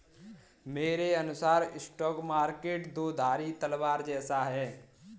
मेरे अनुसार stock market दो धारी तलवार जैसा है